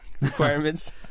requirements